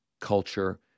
culture